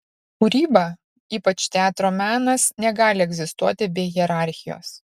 kūryba ypač teatro menas negali egzistuoti be hierarchijos